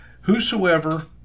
Whosoever